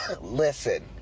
Listen